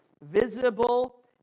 visible